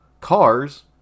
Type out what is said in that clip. cars